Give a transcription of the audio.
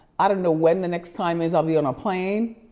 i don't know when the next time is i'll be on a plane.